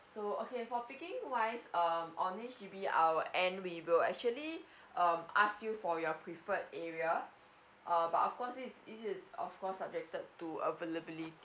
so okay for picking wise um on H_D_B our end we will actually um ask you for your preferred area err but of course is this is of course subjected to availability